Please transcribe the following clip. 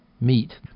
meat